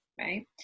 Right